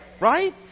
right